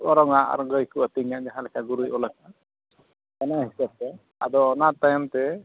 ᱚᱨᱚᱜᱼᱟ ᱟᱨ ᱜᱟᱹᱭ ᱠᱚ ᱟᱹᱛᱤᱧᱟ ᱡᱟᱦᱟᱸ ᱞᱮᱠᱟ ᱜᱩᱨᱩᱭ ᱚᱞᱚ ᱠᱟᱜᱟ ᱚᱱᱟ ᱦᱤᱥᱟᱹᱵ ᱛᱮ ᱟᱫᱚ ᱚᱱᱟ ᱛᱟᱭᱚᱢᱛᱮ